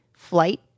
flight